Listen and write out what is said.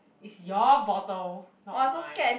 is your bottle not mine